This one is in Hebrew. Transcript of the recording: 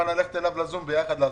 בזום.